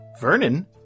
Vernon